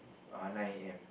err nine a_m